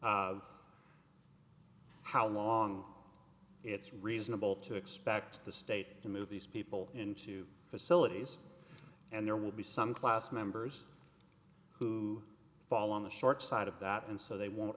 of how long it's reasonable to expect the state to move these people into facilities and there will be some class members who fall on the short side of that and so they won't